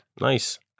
Nice